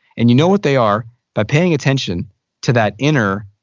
and you know what they are by paying attention to that inner,